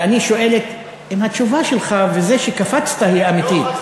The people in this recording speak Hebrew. ואני שואל אם התשובה שלך וזה שקפצת זה אמיתי.